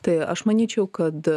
tai aš manyčiau kad